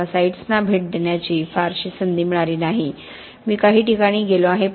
मला साइट्सना भेट देण्याची फारशी संधी मिळाली नाही मी काही ठिकाणी गेलो आहे